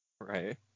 Right